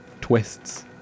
Twists